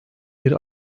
bir